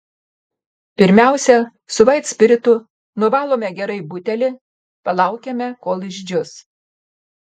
pirmiausia su vaitspiritu nuvalome gerai butelį palaukiame kol išdžius